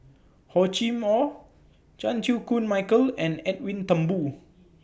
Hor Chim Or Chan Chew Koon Michael and Edwin Thumboo